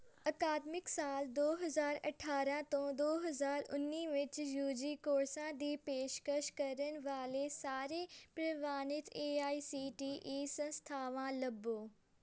ਅਕਾਦਮਿਕ ਸਾਲ ਦੋ ਹਜ਼ਾਰ ਅਠਾਰਾਂ ਤੋਂ ਦੋ ਹਜ਼ਾਰ ਉੱਨੀ ਵਿੱਚ ਯੂ ਜੀ ਕੋਰਸਾਂ ਦੀ ਪੇਸ਼ਕਸ਼ ਕਰਨ ਵਾਲੇ ਸਾਰੇ ਪ੍ਰਵਾਨਿਤ A I C T E ਸੰਸਥਾਵਾਂ ਲੱਭੋ